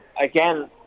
Again